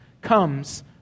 comes